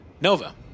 Nova